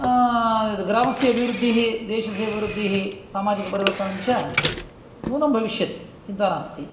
ग्रामस्य अभिवृद्धिः देशस्य अभिवृद्दिः सामाजिकपरिवर्तनञ्च नूनं भविष्यति चिन्ता नास्ति